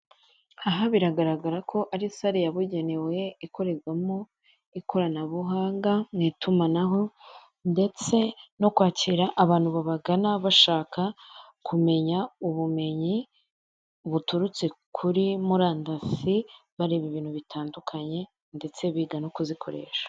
Aha biragaragara ko ari sale yabugenewe ikorerwamo ikoranabuhanga mu itumanaho ndetse no kwakira abantu babagana bashaka kumenya ubumenyi buturutse kuri murandasi bareba ibintu bitandukanye ndetse biga no kuzikoresha.